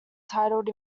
titled